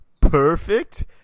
perfect